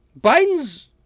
Biden's